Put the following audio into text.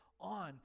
on